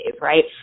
right